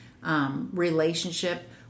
relationship